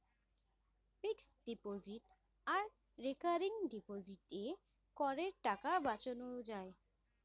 fixed deposit আর recurring ডিপোজিটে করের টাকা বাঁচানো যায়